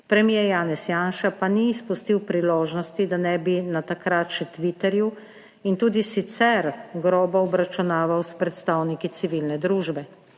premier Janez Janša pa ni izpustil priložnosti, da ne bi na takrat še Twitterju in tudi sicer grobo obračunaval s predstavniki civilne družbe.